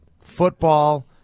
football